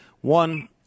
one